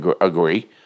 agree